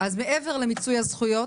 אז מעבר למיצוי הזכויות,